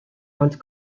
once